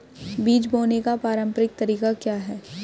बीज बोने का पारंपरिक तरीका क्या है?